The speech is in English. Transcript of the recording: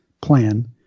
plan